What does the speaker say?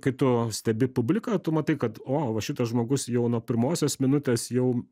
kai tu stebi publiką tu matai kad o va šitas žmogus jau nuo pirmosios minutės jau